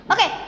Okay